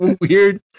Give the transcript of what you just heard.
weird